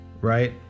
right